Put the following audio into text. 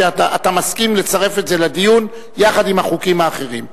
אתה מסכים לצרף את זה לדיון יחד עם החוקים האחרים.